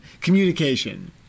communication